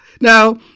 Now